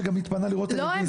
שגם מתפנה לראות טלוויזיה.